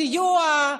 הסיוע,